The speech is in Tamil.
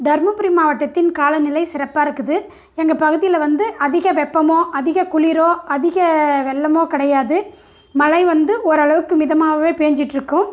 தர்மபுரி மாவட்டத்தின் காலநிலை சிறப்பாக இருக்குது எங்கள் பகுதியில் வந்து அதிக வெப்பமோ அதிக குளிரோ அதிக வெள்ளமோ கிடையாது மழை வந்து ஓரளவுக்கு மிதமாகவே பெஞ்சிட்டுருக்கும்